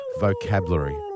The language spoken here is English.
Vocabulary